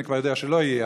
אני כבר יודע שלא יהיה,